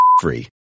free